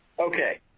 Okay